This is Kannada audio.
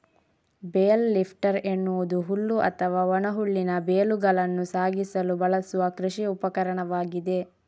ಬೇಲ್ ಲಿಫ್ಟರ್ ಎನ್ನುವುದು ಹುಲ್ಲು ಅಥವಾ ಒಣ ಹುಲ್ಲಿನ ಬೇಲುಗಳನ್ನು ಸಾಗಿಸಲು ಬಳಸುವ ಕೃಷಿ ಉಪಕರಣವಾಗಿದೆ